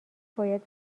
باید